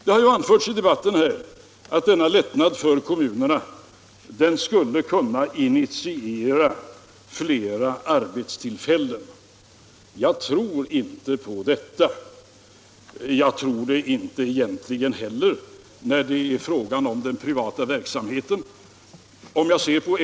Det har anförts i debatten här att denna lättnad för kommunerna skulle kunna ge flera arbetstillfällen. Jag tror emellertid inte på detta. Jag tror det egentligen inte heller när det är fråga om den privata verksamheten.